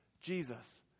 Jesus